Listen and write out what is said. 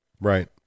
Right